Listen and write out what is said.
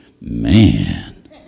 man